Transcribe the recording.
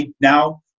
now